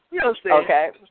Okay